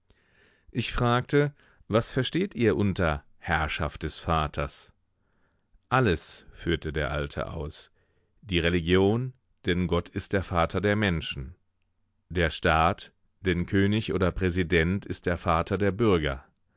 ich fragte was versteht ihr unter herrschaft des vaters alles führte der alte aus die religion denn gott ist der vater der menschen der staat denn könig oder präsident ist der vater der bürger